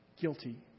Guilty